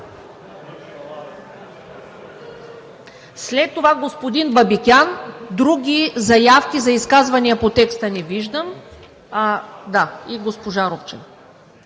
след това господин Бабикян. Други заявки за изказвания по текста не виждам – да, и госпожа Рупчева.